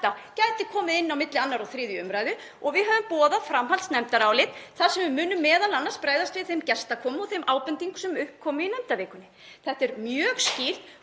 þetta gæti komið inn á milli 2. og 3. umr. og við höfum boðað framhaldsnefndarálit þar sem við munum m.a. bregðast við þeim gestakomum og þeim ábendingum sem upp komu í nefndavikunni. Þetta er mjög skýrt